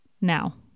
now